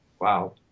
wow